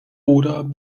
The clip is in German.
oder